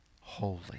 holy